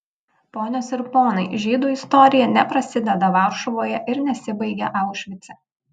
ponios ir ponai žydų istorija neprasideda varšuvoje ir nesibaigia aušvice